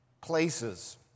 places